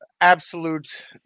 absolute